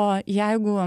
o jeigu